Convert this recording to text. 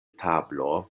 tablo